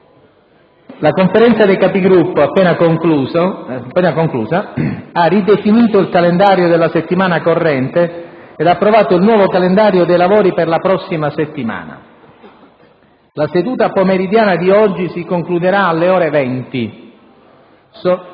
la Conferenza dei Capigruppo, appena conclusa, ha ridefinito il calendario della settimana corrente ed ha approvato il nuovo calendario dei lavori per la prossima settimana. La seduta pomeridiana di oggi si concluderà alle ore 20.